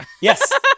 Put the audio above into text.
Yes